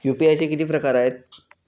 UPI चे किती प्रकार आहेत?